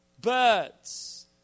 birds